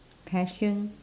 passion